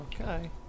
okay